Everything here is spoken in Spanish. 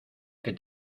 que